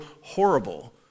horrible